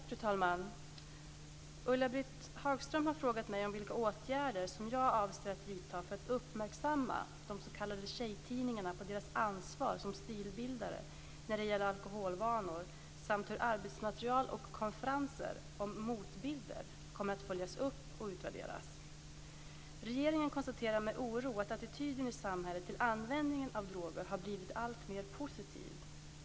Fru talman! Ulla-Britt Hagström har frågat mig om vilka åtgärder som jag avser att vidta för att uppmärksamma de s.k. tjejtidningarna på deras ansvar som stilbildare när det gäller alkoholvanor samt hur arbetsmaterial och konferenser om Motbilder kommer att följas upp och utvärderas. Regeringen konstaterar med oro att attityden i samhället till användning av droger har blivit alltmer positiv.